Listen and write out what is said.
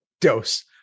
dose